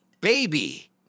baby